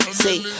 see